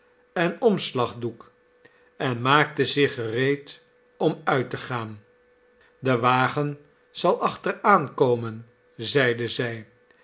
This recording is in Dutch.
en omslagdoek en maakte zich gereed om uit te gaan de wagen zal achteraankomen zeide zij